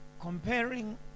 comparing